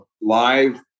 live